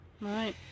Right